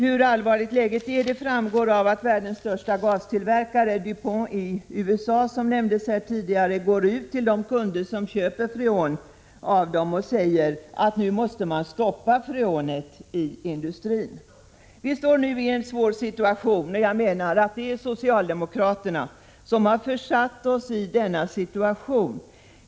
Hur allvarligt läget är framgår av att världens största gastillverkare Du Pont i USA, som nämndes här tidigare, går ut till de kunder som köper freon och säger att man nu måste stoppa freonet i industrin. Vi står nu inför en svår situation. Jag menar att det är socialdemokraterna som har försatt oss i denna situation.